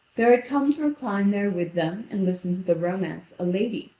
there had come to recline there with them and listen to the romance a lady,